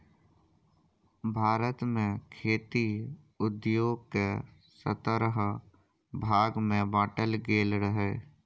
भारत मे खेती उद्योग केँ सतरह भाग मे बाँटल गेल रहय